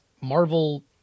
Marvel